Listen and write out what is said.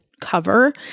cover